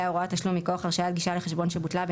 הוראת תשלום מכוח הרשאת גישה לחשבון שבוטלה,